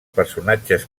personatges